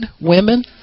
Women